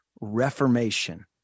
reformation